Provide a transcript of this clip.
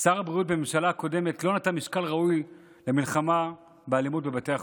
שר הבריאות בממשלה הקודמת לא נתן משקל ראוי למלחמה באלימות בבתי החולים.